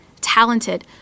talented